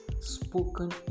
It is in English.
spoken